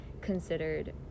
considered